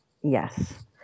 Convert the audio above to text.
Yes